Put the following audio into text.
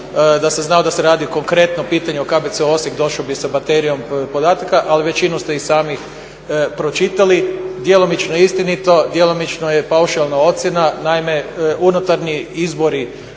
Da sam znao da se radi konkretno pitanje o KBC-u Osijek došao bih sa … podataka, ali većinu ste i sami pročitali. Djelomično je istinito, djelomično je paušalna ocjena. Naime, unutarnji izbori